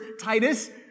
Titus